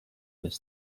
this